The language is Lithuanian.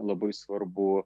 labai svarbu